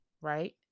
right